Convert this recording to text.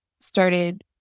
started